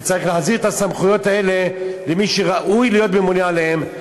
וצריך להחזיר את הסמכויות האלה למי שראוי להיות ממונה עליהן,